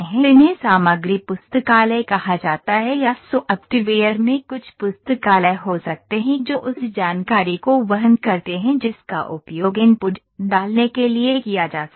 इन्हें सामग्री पुस्तकालय कहा जाता है या सॉफ्टवेयर में कुछ पुस्तकालय हो सकते हैं जो उस जानकारी को वहन करते हैं जिसका उपयोग इनपुट डालने के लिए किया जा सकता है